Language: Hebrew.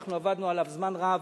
שאנחנו עבדנו עליו זמן רב.